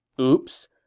oops